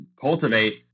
cultivate